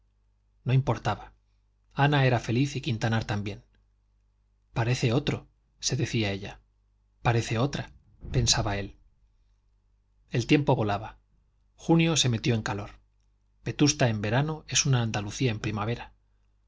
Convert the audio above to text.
no importaba ana era feliz y quintanar también parece otro se decía ella parece otra pensaba él el tiempo volaba junio se metió en calor vetusta en verano es una andalucía en primavera